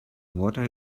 water